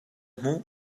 hmuh